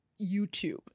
YouTube